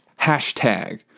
Hashtag